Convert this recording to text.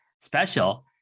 special